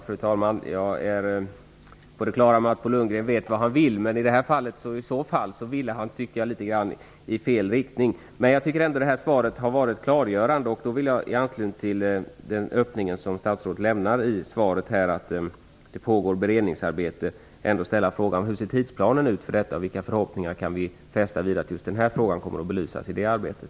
Fru talman! Jag är på det klara med att Bo Lundgren vet vad han vill. Men i det här fallet tycker jag att hans vilja går i fel riktning. Svaret har dock varit klargörande. I anslutning till den öppning som statsrådet lämnar i svaret om att det pågår ett beredningsarbete vill jag ställa följande frågor: Hur ser tidplanen ut för det arbetet? Vilka förhoppningar kan vi fästa vid att just denna fråga kommer att belysas i det arbetet?